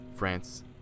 France